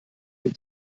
dem